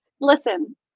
Listen